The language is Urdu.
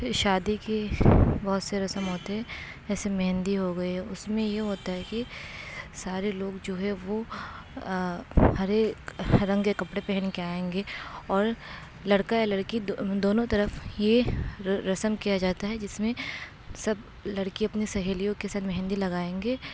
شادی کی بہت سے رسم ہوتے جیسے مہندی ہو گئی اس میں یہ ہوتا ہے کہ سارے لوگ جو ہے وہ ہرے رنگ کے کپڑے پہن کے آئیں گے اور لڑکا یا لڑکی دونوں طرف یہ رسم کیا جاتا ہے جس میں سب لڑکی اپنے سہیلیوں کے ساتھ مہندی لگائیں گے